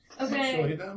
Okay